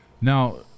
now